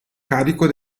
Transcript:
carico